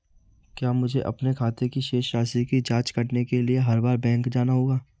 क्या मुझे अपने खाते की शेष राशि की जांच करने के लिए हर बार बैंक जाना होगा?